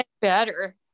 better